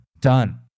Done